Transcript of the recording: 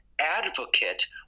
advocate